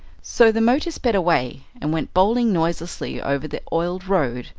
so the motor sped away, and went bowling noiselessly over the oiled road,